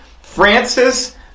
Francis